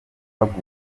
abafite